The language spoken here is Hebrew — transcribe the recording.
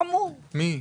מי?